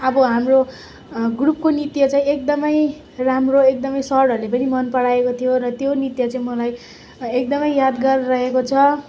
अब हाम्रो ग्रुपको नृत्य चाहिँ एकदम राम्रो एकदम सरहरूले पनि मन पराएको थियो र त्यो नृत्य चाहिँ मलाई एकदम यादगार रहेको छ